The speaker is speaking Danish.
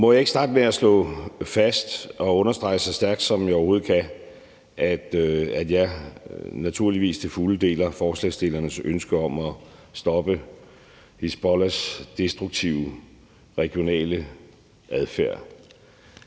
Må jeg ikke starte med at slå fast og understrege så stærkt, som jeg overhovedet kan, at jeg naturligvis til fulde deler forslagsstillernes ønske om at stoppe Hizbollahs destruktive regionale adfærd.